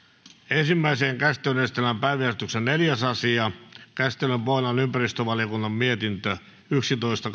ensimmäiseen käsittelyyn esitellään päiväjärjestyksen neljäs asia käsittelyn pohjana on ympäristövaliokunnan mietintö yksitoista